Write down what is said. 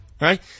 Right